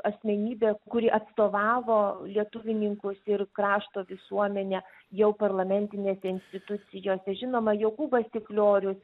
asmenybė kuri atstovavo lietuvininkus ir krašto visuomenę jau parlamentinėse institucijose žinoma jokūbas stikliorius